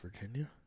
Virginia